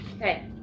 okay